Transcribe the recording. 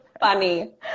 funny